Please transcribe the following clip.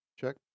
check